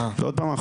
ועוד פעם,